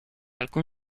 alcun